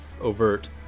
overt